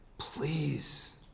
please